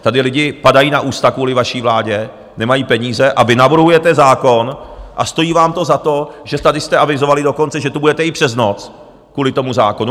Tady lidé padají na ústa kvůli vaší vládě, nemají peníze, a vy navrhujete zákon a stojí vám to za to, že tady jste avizovali dokonce, že tu budete i přes noc kvůli tomu zákonu.